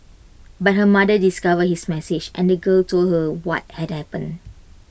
but her mother discovered his message and the girl told her what had happened